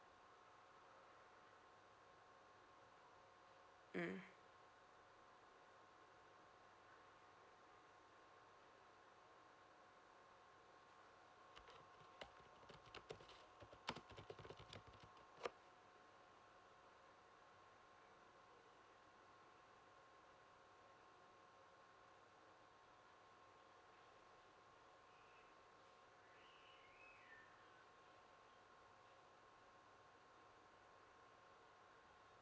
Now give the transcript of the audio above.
mm